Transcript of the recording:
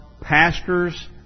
pastors